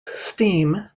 steam